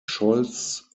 scholz